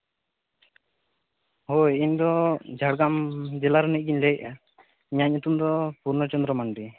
ᱦᱳᱭ ᱤᱧ ᱫᱚ ᱡᱷᱟᱲᱜᱨᱟᱢ ᱡᱮᱞᱟ ᱨᱤᱱᱤᱡ ᱜᱤᱧ ᱞᱟᱹᱭᱮᱫᱼᱟ ᱤᱧᱟᱹᱜ ᱧᱩᱛᱩᱢ ᱫᱚ ᱯᱩᱨᱱᱚ ᱪᱚᱱᱫᱨᱚ ᱢᱟᱱᱰᱤ